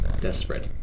desperate